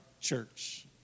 church